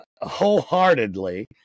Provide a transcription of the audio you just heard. wholeheartedly